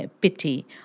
pity